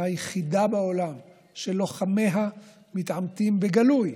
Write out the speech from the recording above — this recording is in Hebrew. היחידה בעולם שלוחמיה מתעמתים בגלוי